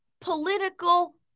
political